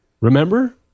Remember